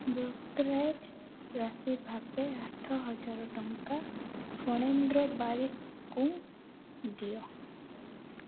brokerage ରାଶି ଭାବେ ଆଠହଜାର ଟଙ୍କା ଫଣେନ୍ଦ୍ର ବାରିକ୍ଙ୍କୁ ଦିଅ